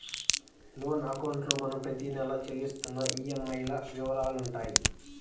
loan అకౌంట్లో మనం ప్రతి నెలా చెల్లిస్తున్న ఈఎంఐల వివరాలుంటాయి